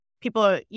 people